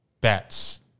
bets